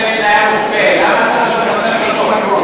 נא להצביע.